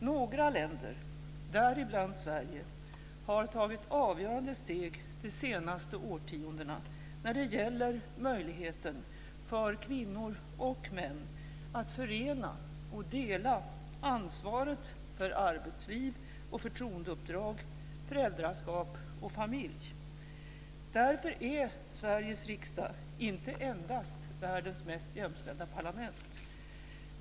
Några länder, däribland Sverige, har tagit avgörande steg de senaste årtiondena när det gäller möjligheten för kvinnor och män att förena och dela ansvaret för arbetsliv och förtroendeuppdrag, föräldraskap och familj. Därför är Sveriges riksdag inte endast världens mest jämställda parlament.